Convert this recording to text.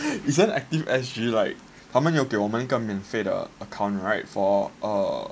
isn't active S_G like 他们要给我们免费的 account right for err